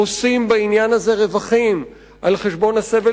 עושים בעניין הזה רווחים על חשבון הסבל